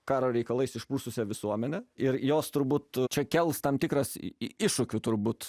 karo reikalais išprususią visuomenę ir jos turbūt čia kels tam tikras iššūkių turbūt